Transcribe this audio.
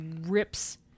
rips